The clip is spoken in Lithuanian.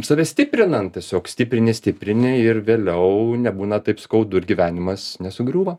save stiprinant tiesiog stiprini stiprini ir vėliau nebūna taip skaudu ir gyvenimas nesugriūva